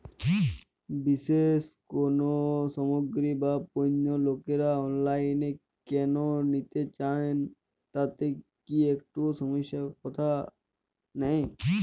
বিশেষ কোনো সামগ্রী বা পণ্য লোকেরা অনলাইনে কেন নিতে চান তাতে কি একটুও সমস্যার কথা নেই?